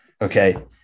Okay